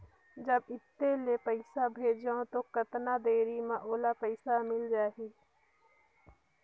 जब इत्ते ले पइसा भेजवं तो कतना देरी मे ओला पइसा मिल जाही?